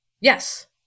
Yes